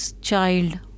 child